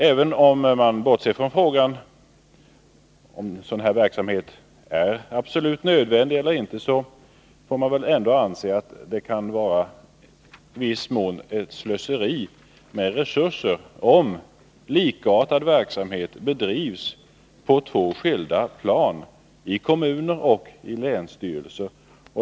Även om man bortser från frågan om en sådan här verksamhet är absolut nödvändig eller inte, får man anse att det i viss mån kan vara slöseri med resurser om likartad verksamhet bedrivs parallellt, fast på två skilda plan —-i kommuner och i länsstyrelser.